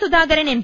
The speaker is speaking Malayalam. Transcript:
സുധാകരൻ എം